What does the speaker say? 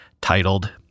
titled